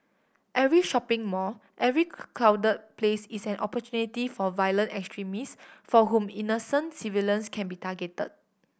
every shopping mall every crowded place is an opportunity for violent extremist for whom innocent civilians can be targeted